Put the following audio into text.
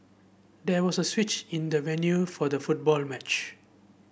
there was a switch in the venue for the football match